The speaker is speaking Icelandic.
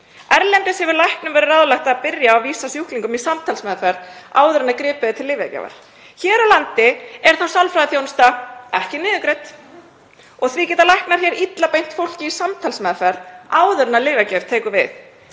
Erlendis hefur læknum verið ráðlagt að byrja á að vísa sjúklingum í samtalsmeðferð áður en gripið er til lyfjagjafar. Hér á landi er sálfræðiþjónusta ekki niðurgreidd og því geta læknar hér illa beint fólki í samtalsmeðferð áður en lyfjagjöf tekur við.